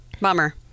Bummer